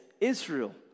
Israel